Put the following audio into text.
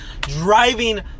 driving